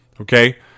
Okay